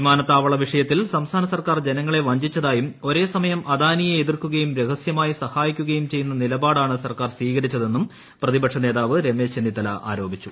വിമാനത്താവള വിഷയത്തിൽ സംസ്ഥാന സർക്കാർ ജനങ്ങളെ വഞ്ചിച്ചതായും ഒരേ സമയ്ക്ക് അദ്ദാനിയെ എതിർക്കുകയും രഹസ്യമായി സഹായിക്കുകയും ച്ചെയ്യു്ന്ന നിലപാടാണ് സർക്കാർ സ്വീകരിച്ചതെന്നും പ്രതിപക്ഷ്ഗ്ലേതാവ് രമേശ് ചെന്നിത്തല ആരോപിച്ചു